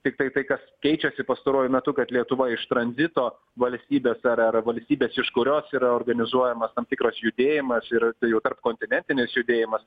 tiktai kas keičiasi pastaruoju metu kad lietuva iš tranzito valstybės ar ar valstybės iš kurios yra organizuojamas tam tikras judėjimas ir jau tarpkontinentinis judėjimas